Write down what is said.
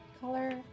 color